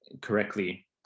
correctly